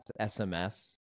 SMS